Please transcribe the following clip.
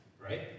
Right